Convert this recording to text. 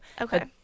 Okay